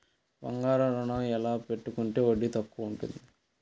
బంగారు ఋణం ఎలా పెట్టుకుంటే వడ్డీ తక్కువ ఉంటుంది?